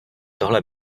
tohle